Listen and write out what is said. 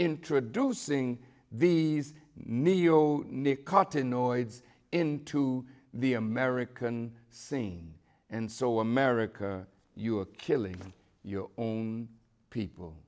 introducing the neo nick cotton noids into the american scene and so america you're killing your own people